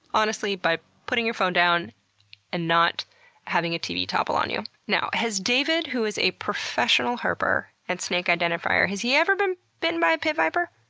honestly, by putting your phone down and not having a tv topple on you. now, has david, who is a professional herper and snake identifier has he ever been bitten by a pit viper?